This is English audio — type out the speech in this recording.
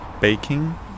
baking